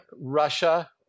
Russia